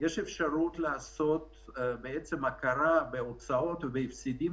תהיה אפשרות לעשות הכרה בהוצאות ובהפסדים